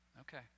Okay